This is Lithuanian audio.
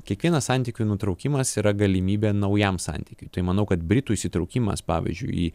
kiekvienas santykių nutraukimas yra galimybė naujam santykiui tai manau kad britų įsitraukimas pavyzdžiui į